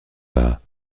pas